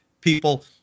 people